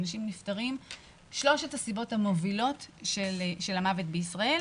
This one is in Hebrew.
שלוש הסיבות המובילות של המוות בישראל